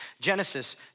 Genesis